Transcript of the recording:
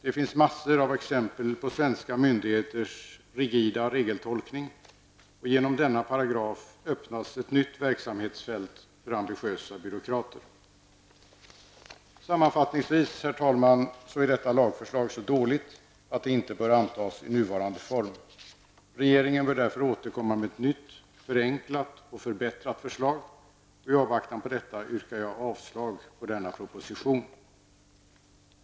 Det finns massor av exempel på svenska myndigheters rigida regeltolkning, och genom denna paragraf öppnas ett nytt verksamhetsfältet för ambitiösa byråkrater. Sammanfattningsvis, herr talman, är detta lagförslag så dåligt att det inte bör antas i nuvarande form. Regeringen bör därför återkomma med ett nytt, förenklat och förbättrat förslag, och i avvaktan på detta yrkar jag avslag på denna proposition.